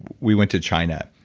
we went to china.